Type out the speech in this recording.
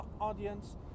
audience